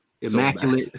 immaculate